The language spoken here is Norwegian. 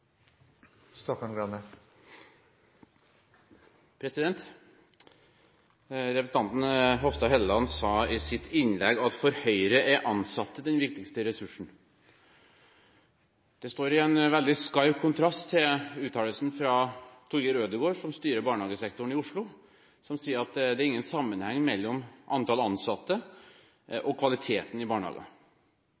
Hofstad Helleland sa i sitt innlegg at for Høyre er de ansatte den viktigste ressursen. Det står i en veldig skarp kontrast til uttalelsen fra Torger Ødegård, som styrer barnehagesektoren i Oslo, som sier at det ikke er noen sammenheng mellom antall ansatte